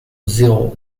zéro